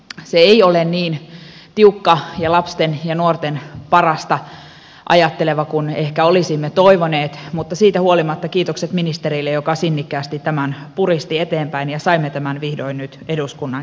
se ei ole niin tiukka ja lasten ja nuorten parasta ajatteleva kuin ehkä olisimme toivoneet mutta siitä huolimatta kiitokset ministerille joka sinnikkäästi tämän puristi eteenpäin niin että saimme tämän vihdoin nyt eduskunnan käsittelyyn